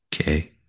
Okay